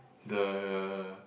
the